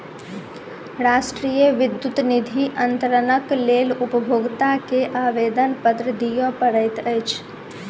राष्ट्रीय विद्युत निधि अन्तरणक लेल उपभोगता के आवेदनपत्र दिअ पड़ैत अछि